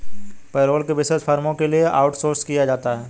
payroll को विशेष फर्मों के लिए आउटसोर्स किया जाता है